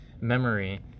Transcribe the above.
memory